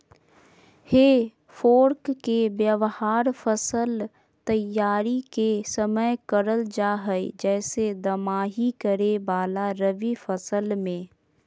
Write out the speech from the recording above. हे फोर्क के व्यवहार फसल तैयारी के समय करल जा हई, जैसे दमाही करे वाला रवि फसल मे